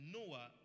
Noah